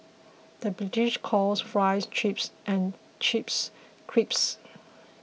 the British calls Fries Chips and Chips Crisps